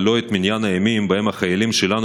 אבל לא את מניין הימים שבהם החיילים שלנו